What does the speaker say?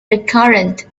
recurrent